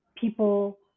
people